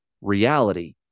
reality